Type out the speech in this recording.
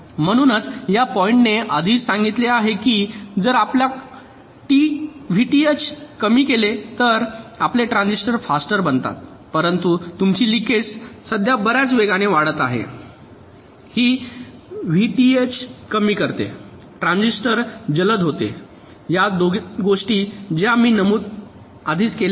म्हणूनच या पॉईंट ने आधीच सांगितले आहे की जर आपण व्हीटीएच कमी केले तर आपले ट्रान्झिस्टर फास्टर बनतात परंतु तुमची लिकेज सध्या बर्याच वेगाने वाढते व्हीटीएच कमी करते ट्रान्झिस्टर जलद होते या दोन गोष्टी ज्या मी आधीच नमूद केल्या आहेत